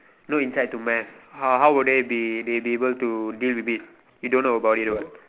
no insight to math how how would they they'll be able to deal with it you don't know about it what